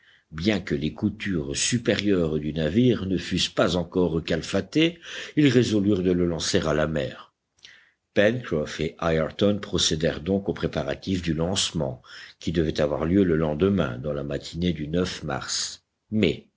bien que les coutures supérieures du navire ne fussent pas encore calfatées ils résolurent de le lancer à la mer pencroff et ayrton procédèrent donc aux préparatifs du lancement qui devait avoir lieu le lendemain dans la matinée du mars mais